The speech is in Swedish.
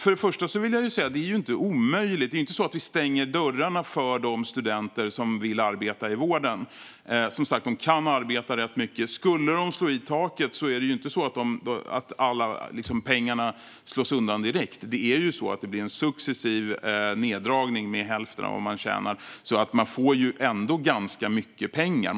För det första vill jag säga att vi inte stänger dörrarna för de studenter som vill arbeta i vården. De kan som sagt arbeta rätt mycket. Skulle de slå i taket är det inte så att alla pengar slås undan direkt. Det blir en successiv neddragning med hälften av vad man tjänar, så man får ändå ganska mycket pengar.